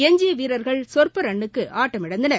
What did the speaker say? எஞ்சிய வீரர்கள் சொற்ப ரன்னுக்கு ஆட்டமிழந்தனர்